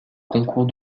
concours